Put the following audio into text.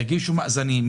יגישו מאזנים,